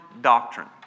doctrine